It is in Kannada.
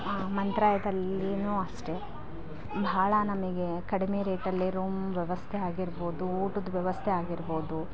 ಮಂತ್ರಯದಲ್ಲಿಯೂ ಅಷ್ಟೇ ಭಾಳ ನಮಗೆ ಕಡಿಮೆ ರೇಟಲ್ಲಿ ರೂಮ್ ವ್ಯವಸ್ಥೆ ಆಗಿರ್ಬೌದು ಉಟದ ವ್ಯವಸ್ಥೆ ಆಗಿರ್ಬೌದು